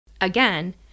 Again